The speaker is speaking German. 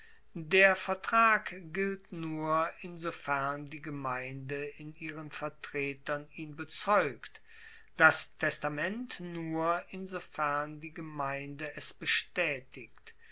der vertrag gilt nur insofern die gemeinde in ihren vertretern ihn bezeugt das testament nur insofern die gemeinde es bestaetigt